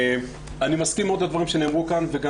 אני מסכים מאוד עם הדברים שנאמרו פה וגם